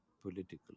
political